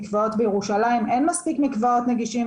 מקוואות בירושלים אין מספיק מקוואות נגישים,